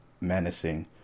menacing